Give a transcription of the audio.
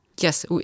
Yes